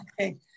Okay